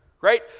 right